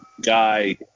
guy